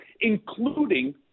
including